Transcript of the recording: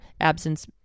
absence